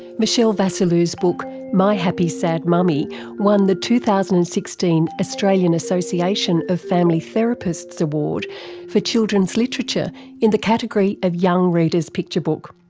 michelle vasiliu's book my happy sad mummy won the two thousand and sixteen australian association of family therapists award for children's literature in the category of young reader's picture book.